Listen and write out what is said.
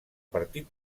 partit